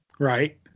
Right